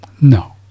No